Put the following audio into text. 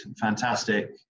fantastic